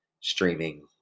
streaming